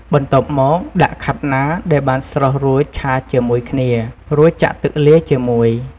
បន្ទាប់មកដាក់ខាត់ណា ដែលបានស្រុះរួចឆាជាមួយគ្នា រួចទៀតចាក់ទឹកលាយជាមួយ។